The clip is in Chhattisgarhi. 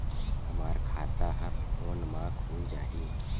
हमर खाता ह फोन मा खुल जाही?